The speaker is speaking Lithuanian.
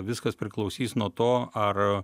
viskas priklausys nuo to ar